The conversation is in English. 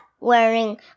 wearing